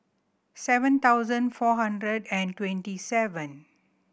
seven thousand four hundred and twenty seven